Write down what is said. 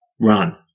run